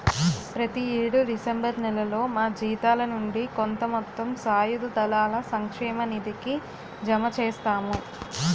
ప్రతి యేడు డిసెంబర్ నేలలో మా జీతాల నుండి కొంత మొత్తం సాయుధ దళాల సంక్షేమ నిధికి జమ చేస్తాము